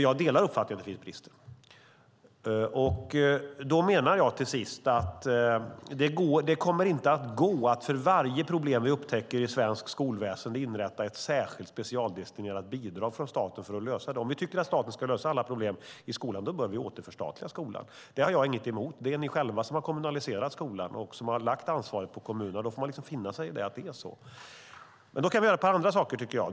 Jag delar uppfattningen att det finns brister, men jag menar att det inte går att för varje problem vi upptäckter i svenskt skolväsen inrätta ett särskilt, specialdestinerat bidrag från staten för att lösa det. Om vi tycker att staten ska lösa alla problem i skolan bör vi återförstatliga skolan. Det har jag ingenting emot. Det är ni själva, Maria Stenberg och Hillevi Larsson, som har kommunaliserat skolan och lagt ansvaret på kommunerna, och då får vi finna oss i att det är så. Vi kan göra ett par andra saker, tycker jag.